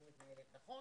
נכון?